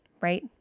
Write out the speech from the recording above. right